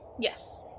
Yes